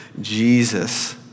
Jesus